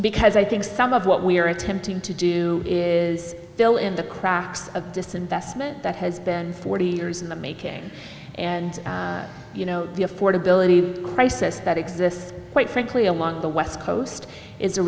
because i think some of what we are attempting to do is fill in the cracks of disinvestment that has been forty years in the making and you know the affordability crisis that exists quite frankly along the west coast is a